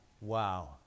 wow